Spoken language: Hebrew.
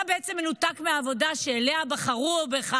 אתה בעצם מנותק מהעבודה שאליה בחרו בך